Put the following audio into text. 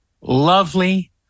lovely